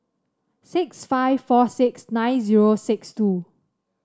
six five four six nine zero six two